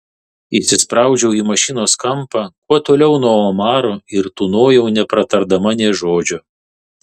įsispraudžiau į mašinos kampą kuo toliau nuo omaro ir tūnojau nepratardama nė žodžio